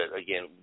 again